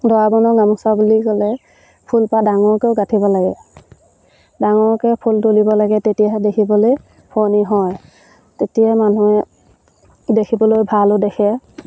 দৰা বৰণৰ গামোচা বুলি ক'লে ফুলপাহ ডাঙৰকৈয়ো গাঁঠিব লাগে ডাঙৰকৈ ফুল তুলিব লাগে তেতিয়াহে দেখিবলৈ শুৱনি হয় তেতিয়া মানুহে দেখিবলৈ ভালো দেখে